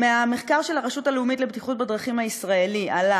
ממחקר של הרשות הלאומית הישראלית לבטיחות בדרכים עלה